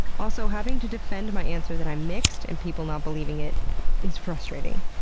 also, having to defend my answer that i'm mixed and people not believing it is frustrating!